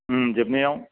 जोबनायाव